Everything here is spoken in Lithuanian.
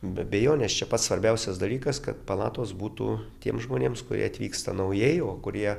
be abejonės čia pats svarbiausias dalykas kad palatos būtų tiems žmonėms kurie atvyksta naujai o kurie